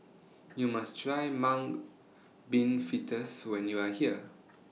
YOU must Try Mung Bean Fritters when YOU Are here